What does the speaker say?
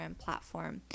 platform